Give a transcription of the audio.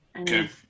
Okay